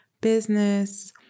business